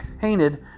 painted